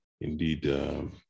Indeed